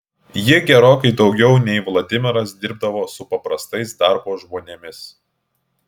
ji gerokai daugiau nei vladimiras dirbdavo su paprastais darbo žmonėmis